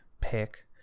pick